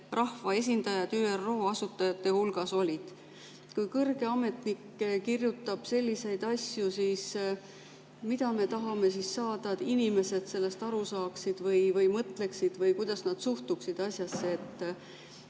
rahva esindajad ÜRO asutajate hulgas olid?"Kui kõrge ametnik kirjutab selliseid asju, siis mida me tahame, et inimesed sellest aru saaksid või mõtleksid või kuidas nad suhtuksid asjasse?